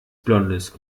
blondes